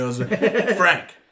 Frank